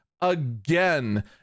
again